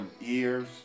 ears